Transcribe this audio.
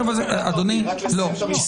רק לסיים את המשפט.